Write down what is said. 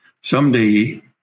someday